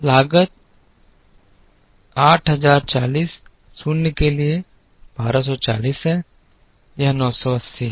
लागत 8040 0 के लिए 1240 है यह 980 है